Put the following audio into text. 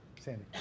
Sandy